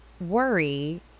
worry